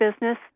business